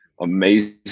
amazing